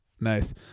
Nice